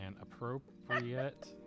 appropriate